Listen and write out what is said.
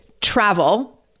travel